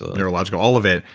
ah neurological, all of it,